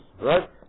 Right